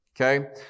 Okay